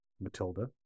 Matilda